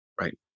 Right